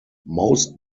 most